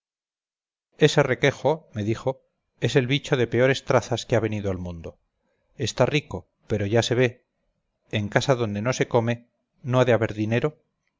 ese requejo me dijo es el bicho de peores trazas que ha venido al mundo está rico pero ya se ve en casa donde no se come no ha de haber dinero